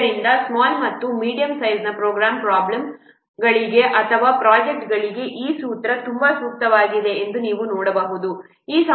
ಆದ್ದರಿಂದ ಸ್ಮಾಲ್ ಮತ್ತು medium size program ಪ್ರಾಬ್ಲಮ್ಗಳಿಗೆ ಅಥವಾ ಪ್ರೊಜೆಕ್ಟ್ಗಳಿಗೆ ಈ ಸೂತ್ರವು ತುಂಬಾ ಸೂಕ್ತವಾಗಿದೆ ಎಂದು ನೀವು ನೋಡಬಹುದು